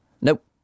Nope